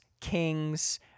kings